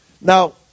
Now